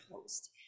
host